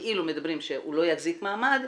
אומרים שהוא לא יחזיק מעמד.